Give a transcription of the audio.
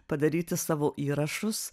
padaryti savo įrašus